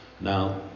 Now